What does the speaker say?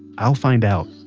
i'll find out,